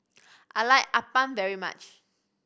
I like appam very much